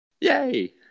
Yay